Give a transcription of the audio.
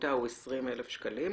לעמותה הוא 20,000 שקלים.